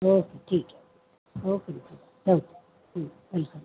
okay ठीक आहे okay बेटा चल वेलकम